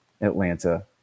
Atlanta